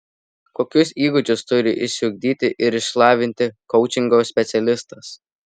kokius įgūdžius turi išsiugdyti ir išlavinti koučingo specialistas